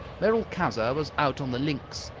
merolchazzar was out on the linx,